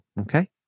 Okay